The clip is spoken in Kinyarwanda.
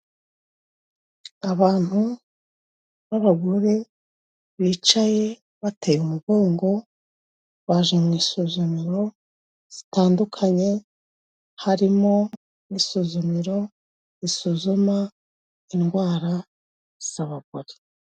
Abantu b'abagore bicaye bateye umugongo, baje mu isuzumiro zitandukanye, harimo n'isuzumiro risuzuma indwara z'abagore.